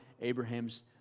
Abraham's